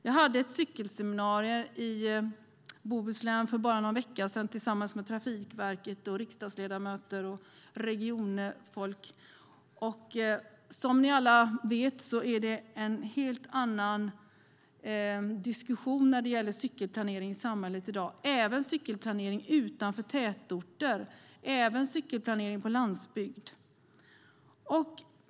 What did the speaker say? Jag hade ett cykelseminarium i Bohuslän för bara någon vecka sedan tillsammans med Trafikverket, riksdagsledamöter och regionfolk. Som ni alla vet är det en helt annan diskussion om cykelplanering i samhället i dag, och det gäller även cykelplanering utanför tätorter, på landsbygden.